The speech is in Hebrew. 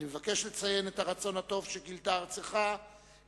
אני מבקש לציין את הרצון הטוב שגילתה ארצך בכך